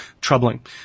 troubling